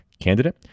candidate